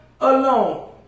alone